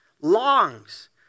longs